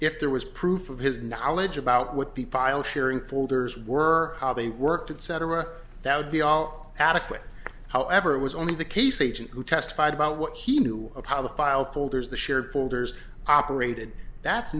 if there was proof of his knowledge about what the file sharing folders were how they worked it cetera that would be all adequate however it was only the case agent who testified about what he knew of how the file folders the shared folders operated that's